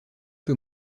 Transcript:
peu